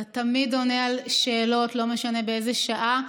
אתה תמיד עונה על שאלות, לא משנה באיזו שעה,